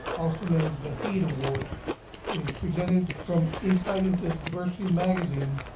also known as the heed award. it is presented from inside into diversity magazine,